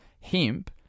hemp